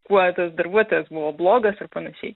kuo tas darbuotojas buvo blogas ir panašiai